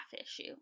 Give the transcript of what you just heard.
issue